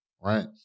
right